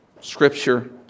Scripture